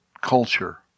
culture